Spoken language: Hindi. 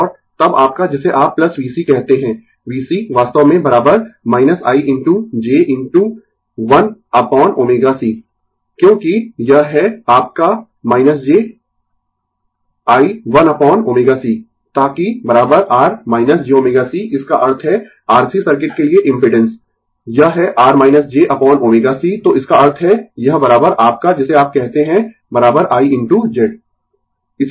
और तब आपका जिसे आप VC कहते है VC वास्तव में I into j into 1 upon ω c क्योंकि यह है आपका j I 1 अपोन ω c ताकि R j ω c इसका अर्थ है R C सर्किट के लिए इम्पिडेंस यह है R j अपोन ω c तो इसका अर्थ है यह आपका जिसे आप कहते है I इनटू Z